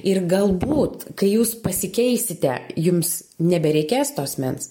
ir galbūt kai jūs pasikeisite jums nebereikės to asmens